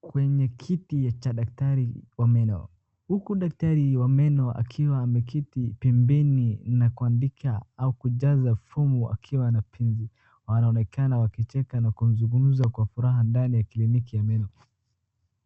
kwenye kiti cha daktari wa meno huku daktari wa meno akiwa ameketi pembeni na kuandika au kujaza fomu akiwa na penzi. Wanaonekana wakicheka na kuzungumza kwa furaha ndani ya kliniki ya meno.